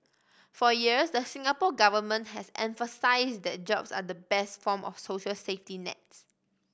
for years the Singapore Government has emphasised that jobs are the best form of social safety nets